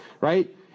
right